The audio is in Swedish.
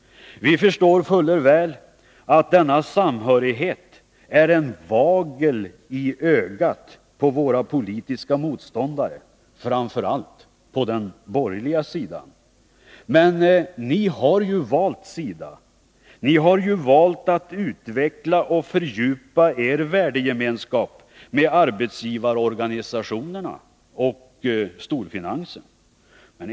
Vi förstår fullerväl att denna samhörighet är en vagel i ögat på våra politiska motståndare framför allt på den borgerliga sidan. Men ni har ju valt sida. Ni har valt att utveckla och fördjupa er värdegemenskap med arbetsgivarorganisationerna och storfinansen.